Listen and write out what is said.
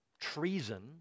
treason